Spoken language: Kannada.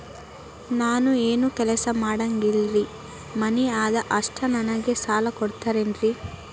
ನಾನು ಏನು ಕೆಲಸ ಮಾಡಂಗಿಲ್ರಿ ಮನಿ ಅದ ಅಷ್ಟ ನನಗೆ ಸಾಲ ಕೊಡ್ತಿರೇನ್ರಿ?